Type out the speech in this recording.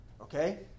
Okay